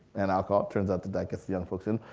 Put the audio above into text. and alcohol, it turns out that that gets the young folks in.